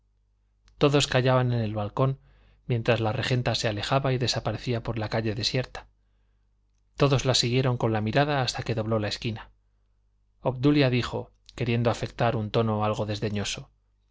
todos callaban en el balcón mientras la regenta se alejaba y desaparecía por la calle desierta todos la siguieron con la mirada hasta que dobló la esquina obdulia dijo queriendo afectar un tono algo desdeñoso va muy